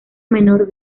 menor